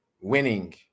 winning